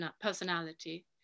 personality